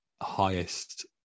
highest